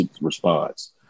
response